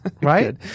Right